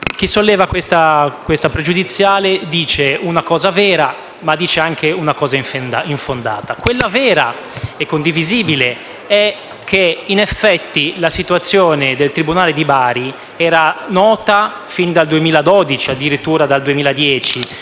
chi solleva questa pregiudiziale dice una cosa vera, ma anche una cosa infondata. Quella vera e condivisibile è che, in effetti, la situazione del tribunale di Bari era nota fin dal 2012, o addirittura dal 2010,